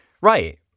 Right